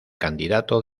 candidato